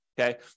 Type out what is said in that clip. okay